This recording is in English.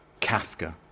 Kafka